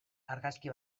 argazki